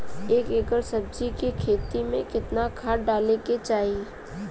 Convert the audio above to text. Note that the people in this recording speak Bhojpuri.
एक एकड़ सब्जी के खेती में कितना खाद डाले के चाही?